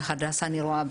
ב'הדסה' אני רואה,